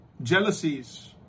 Jealousies